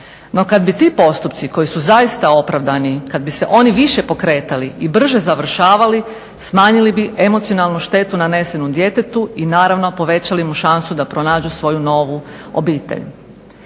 No kada bi ti postupci koji su zaista opravdani, kada bi se oni više pokretali i brže završavali smanjili bi emocionalnu štetu nanesenu djetetu i naravno povećali mu šansu da pronađu svoju novu obitelj.